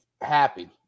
happy